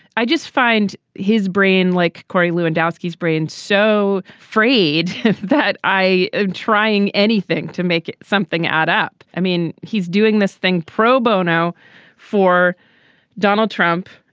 i just find his brain like corey lewandowski is brains so frayed that i avoid um trying anything to make something add up. i mean he's doing this thing pro bono for donald trump.